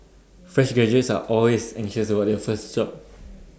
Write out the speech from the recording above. fresh graduates are always anxious about their first job